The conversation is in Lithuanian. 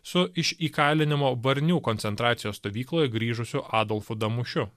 su iš įkalinimo varnių koncentracijos stovykloje grįžusiu adolfu damušiu